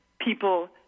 people